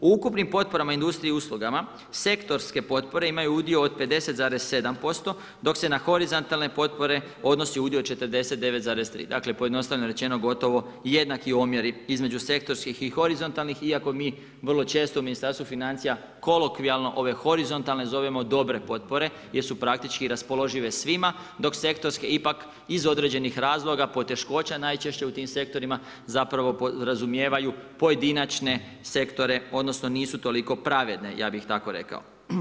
U ukupnim potporama industriji i uslugama sektorske potpore imaju udio od 50,7% dok se na horizontalne potpore odnosi udio 49,3, dakle pojednostavljeno rečeno gotovo jednaki omjeri između sektorskih i horizontalnih iako mi vrlo često u Ministarstvu financija kolokvijalno ove horizontalne zovemo dobre potpore jer su praktički raspoložive svima dok sektorske ipak iz određenih razloga, poteškoća najčešće u tim sektorima podrazumijevaju pojedinačne sektore odnosno nisu toliko pravedne, ja bih tako rekao.